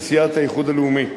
של סיעת האיחוד הלאומי.